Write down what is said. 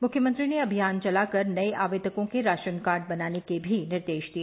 मुख्यमंत्री ने अभियान चलाकर नए आवेदकों के राशन कार्ड बनाने के भी निर्देश दिए